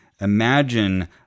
Imagine